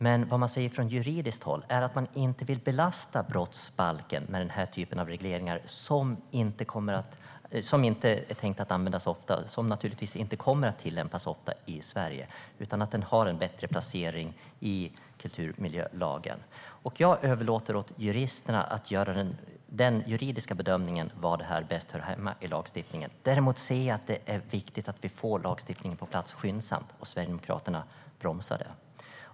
Men från juridiskt håll säger man att man inte vill belasta brottsbalken med den typen av regleringar, som inte är tänkta att användas så ofta och som naturligtvis inte kommer att tillämpas så ofta i Sverige. Den här regleringen har en bättre placering i kulturmiljölagen. Jag överlåter åt juristerna att göra den juridiska bedömningen av var regleringen bäst hör hemma i lagstiftningen. Däremot anser jag att det är viktigt att skyndsamt få lagstiftningen på plats. Sverigedemokraterna bromsar.